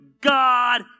God